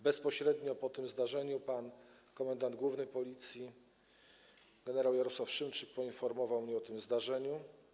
Bezpośrednio po tym zdarzeniu komendant główny Policji pan gen. Jarosław Szymczyk poinformował mnie o tym zdarzeniu.